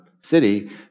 city